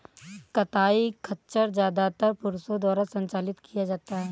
कताई खच्चर ज्यादातर पुरुषों द्वारा संचालित किया जाता था